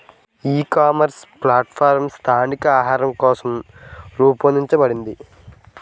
ఈ ecommerce platform స్థానిక ఆహారం కోసం రూపొందించబడిందా?